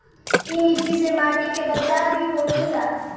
इ विधि से माटी के बचाव भी होखेला